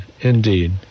Indeed